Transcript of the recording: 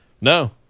no